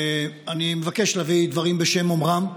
אני מבקש להביא דברים בשם אומרם.